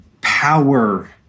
power